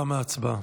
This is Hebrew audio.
תמה ההצבעה.